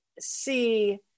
see